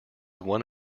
one